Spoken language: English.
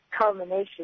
culmination